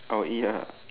I will eat ah